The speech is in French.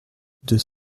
deux